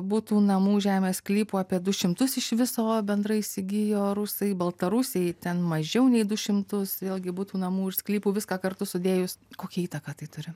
butų namų žemės sklypų apie du šimtus iš viso bendrai įsigijo rusai baltarusiai ten mažiau nei du šimtus vėlgi butų namų ir sklypų viską kartu sudėjus kokią įtaką tai turi